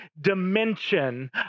dimension